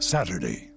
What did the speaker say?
Saturday